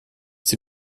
sie